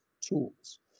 tools